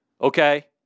okay